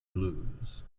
blues